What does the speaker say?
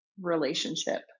relationship